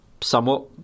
somewhat